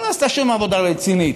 לא נעשתה שום עבודה רצינית.